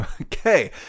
Okay